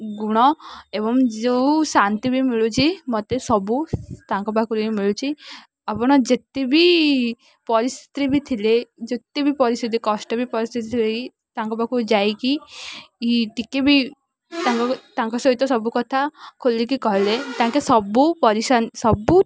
ଗୁଣ ଏବଂ ଯେଉଁ ଶାନ୍ତି ବି ମିଳୁଛି ମୋତେ ସବୁ ତାଙ୍କ ପାଖରୁ ହିଁ ମିଳୁଛି ଆପଣ ଯେତେ ବି ପରିସ୍ଥିତିରେ ବି ଥିଲେ ଯେତେ ବି ପରିସ୍ଥିତି କଷ୍ଟ ବି ପରିସ୍ଥିତି ତାଙ୍କ ପାଖକୁ ଯାଇକି ଟିକେ ବି ତା ତାଙ୍କ ସହିତ ସବୁ କଥା ଖୋଲିକି କହଲେ ତାଙ୍କେ ସବୁ ପରିଶାନ ସବୁ